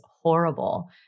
horrible